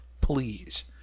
please